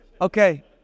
Okay